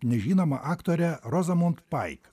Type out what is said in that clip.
nežinoma aktorė rozamund paik